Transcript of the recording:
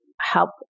help